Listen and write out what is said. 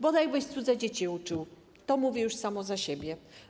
Bodajbyś cudze dzieci uczył - to mówi już samo za siebie.